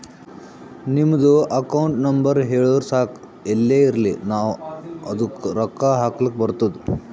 ನಿಮ್ದು account number ಹೇಳುರು ಸಾಕ್ ಎಲ್ಲೇ ಇರ್ಲಿ ನಾವೂ ಅದ್ದುಕ ರೊಕ್ಕಾ ಹಾಕ್ಲಕ್ ಬರ್ತುದ್